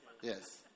Yes